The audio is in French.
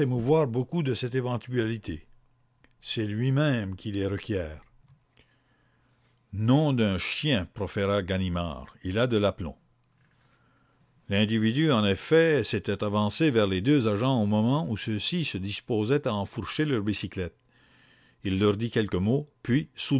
s'émouvoir beaucoup de cette éventualité c'est lui-même qui aborde nom d'un chien proféra ganimard il a de l'aplomb l'individu en effet s'était avancé vers les deux agents au moment où ceux-ci se disposaient à enfourcher leurs bicyclettes il leur dit quelques mots puis